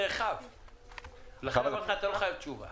בקשו מאתנו לאשר תקנות של משרד התחבורה